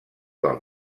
del